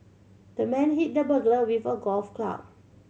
the man hit the burglar with a golf club